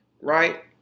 right